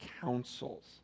counsels